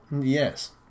Yes